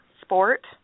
sport